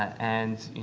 and